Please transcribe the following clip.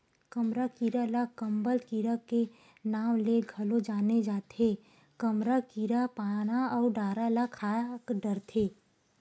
कमरा कीरा ल कंबल कीरा के नांव ले घलो जाने जाथे, कमरा कीरा पाना अउ डारा ल खा डरथे